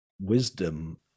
wisdom